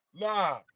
Nah